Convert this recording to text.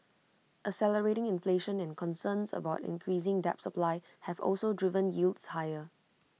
accelerating inflation and concerns about increasing debt supply have also driven yields higher